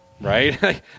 right